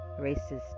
racist